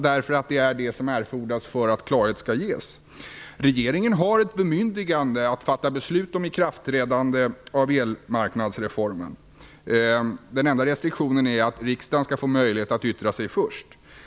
Det är det som erfordras för att klarhet skall ges. Regeringen har ett bemyndigande att fatta beslut om ikraftträdande av elmarknadsreformen. Den enda restriktionen är att riksdagen skall få möjlighet att yttra sig först.